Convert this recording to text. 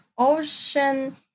ocean